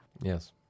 Yes